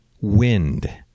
wind